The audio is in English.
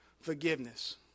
forgiveness